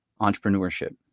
Entrepreneurship